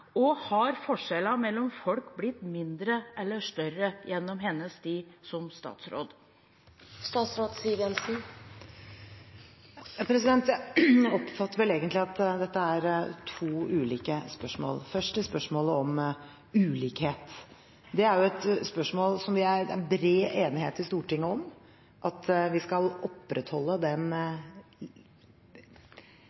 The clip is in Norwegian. Og har forskjellene mellom folk blitt mindre eller større gjennom hennes tid som statsråd? Jeg oppfatter vel egentlig at dette er to ulike spørsmål. Først til spørsmålet om ulikhet: Det er et spørsmål som det er bred enighet om i Stortinget, at vi skal opprettholde den